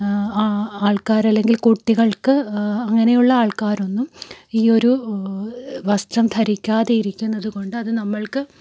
ആൾക്കാർ അല്ലെങ്കിൽ കുട്ടികൾക്ക് അങ്ങനെയുള്ള ആൾക്കാരൊന്നും ഈ ഒരു വസ്ത്രം ധരിക്കാതെ ഇരിക്കുന്നതുകൊണ്ട് അത് നമ്മൾക്ക്